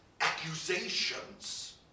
accusations